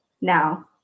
Now